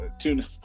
tuna